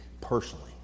personally